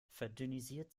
verdünnisiert